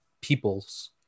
peoples